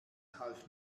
half